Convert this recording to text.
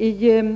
I